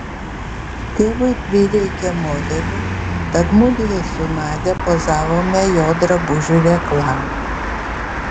tėvui prireikė modelių tad mudvi su nadia pozavome jo drabužių reklamai